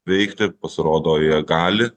veikti pasirodo jie gali